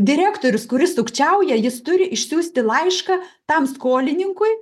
direktorius kuris sukčiauja jis turi išsiųsti laišką tam skolininkui